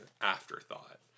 afterthought